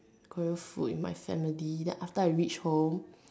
Korean food in my family then after I reach home